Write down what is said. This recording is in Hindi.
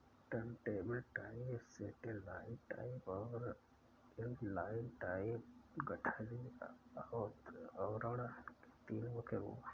टर्नटेबल टाइप, सैटेलाइट टाइप और इनलाइन टाइप गठरी आवरण के तीन मुख्य रूप है